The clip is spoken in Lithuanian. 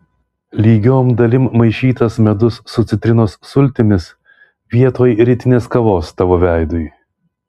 lygiom dalim maišytas medus su citrinos sultimis vietoj rytinės kavos tavo veidui